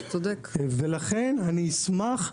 ולכן אני אשמח,